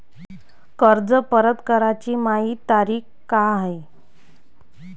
कर्ज परत कराची मायी तारीख का हाय?